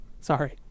sorry